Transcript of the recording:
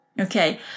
Okay